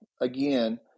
Again